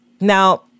Now